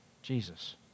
Jesus